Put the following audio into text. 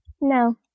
No